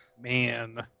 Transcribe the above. man